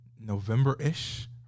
November-ish